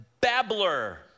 babbler